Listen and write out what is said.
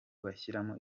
bashyiramo